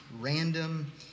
random